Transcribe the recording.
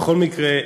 בכל מקרה,